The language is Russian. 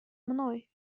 мной